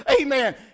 Amen